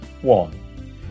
One